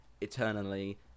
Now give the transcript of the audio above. eternally